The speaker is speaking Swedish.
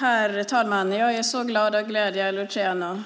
Herr talman! Jag är glad över att jag kan glädja Luciano.